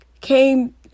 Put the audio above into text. came